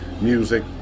music